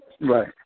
Right